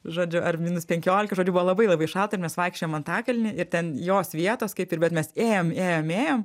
žodžiu ar minus penkiolika žodžiu buvo labai labai šalta mes vaikščiojom antakalny ir ten jos vietos kaip ir bet mes ėjom ėjom ėjom